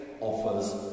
offers